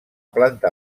planta